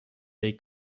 they